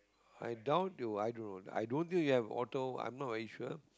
i doubt they'll i don't know i don't think they have auto I am not very sure